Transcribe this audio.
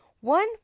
one